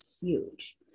huge